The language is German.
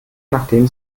nachdem